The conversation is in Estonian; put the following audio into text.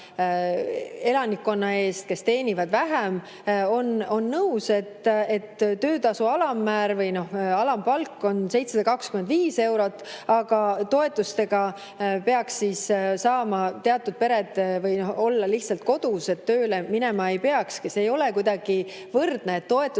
elanikkonna eest, kes teenib vähem, on nõus, et töötasu alammäär ehk alampalk on 725 eurot ja et toetuste abil saavad teatud pered olla lihtsalt kodus, et tööle minema ei peakski. See ei ole kuidagi võrdne, et toetused